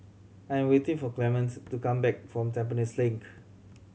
I am waiting for Clementines to come back from Tampines Link